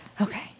Okay